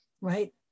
right